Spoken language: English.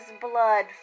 blood